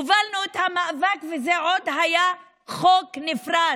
הובלנו את המאבק, וזה עוד היה חוק נפרד.